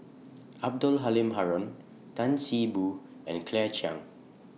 Abdul Halim Haron Tan See Boo and Claire Chiang